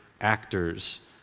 actors